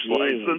license